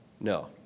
no